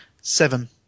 seven